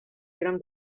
gran